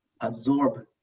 absorb